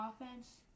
offense